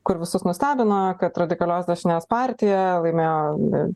kur visus nustebino kad radikalios dešinės partija laimėjo